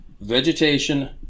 vegetation